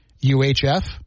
UHF